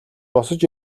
босож